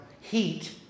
heat